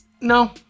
No